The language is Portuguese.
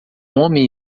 homem